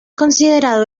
considerado